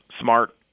smart